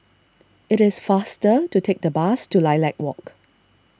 it is faster to take the bus to Lilac Walk